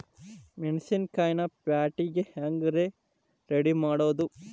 ಮೆಣಸಿನಕಾಯಿನ ಪ್ಯಾಟಿಗೆ ಹ್ಯಾಂಗ್ ರೇ ರೆಡಿಮಾಡೋದು?